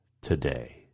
today